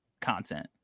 content